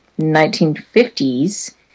1950s